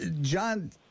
John